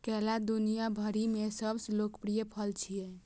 केला दुनिया भरि मे सबसं लोकप्रिय फल छियै